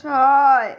ছয়